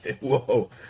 Whoa